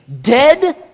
dead